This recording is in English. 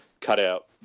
cut-out